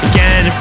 Again